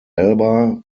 alba